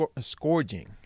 scourging